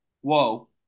Whoa